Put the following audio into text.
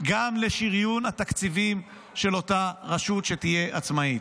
גם לשריון התקציבים של אותה רשות שתהיה עצמאית.